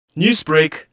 Newsbreak